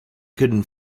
couldn’t